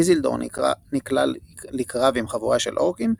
איסילדור נקלע לקרב עם חבורה של אורקים,